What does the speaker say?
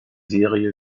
serie